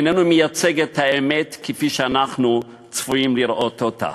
איננו מייצג את האמת כפי שאנחנו צפויים לראות אותה.